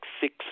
six